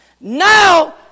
now